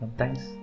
thanks